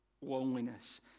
loneliness